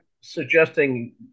suggesting